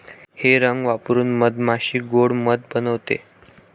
हे रंग वापरून मधमाशी गोड़ मध बनवते